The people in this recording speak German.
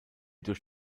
durch